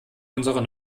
unsere